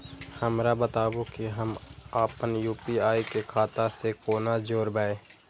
हमरा बताबु की हम आपन यू.पी.आई के खाता से कोना जोरबै?